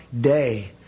day